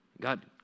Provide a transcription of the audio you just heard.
God